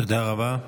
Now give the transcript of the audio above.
תודה רבה.